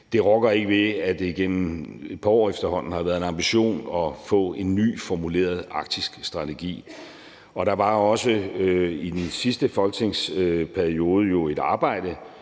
Det rokker ikke ved, at det igennem efterhånden et par år har været en ambition at få en ny formuleret arktisk strategi. Og der var jo også i den sidste folketingsperiode et arbejde,